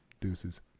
Deuces